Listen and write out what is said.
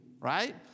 right